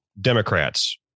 Democrats